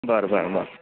बरं बरं बरं